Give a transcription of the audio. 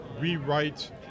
rewrite